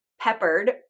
peppered